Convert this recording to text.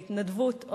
בהתנדבות,